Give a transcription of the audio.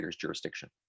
jurisdiction